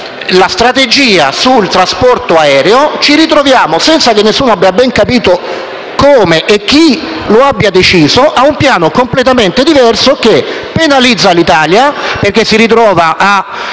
strategia sul trasporto aereo, ci ritroviamo - senza che nessuno abbia ben capito né come né chi lo abbia deciso - con un piano completamente diverso che penalizza l'Italia, la quale si trova ad